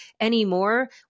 anymore